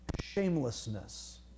shamelessness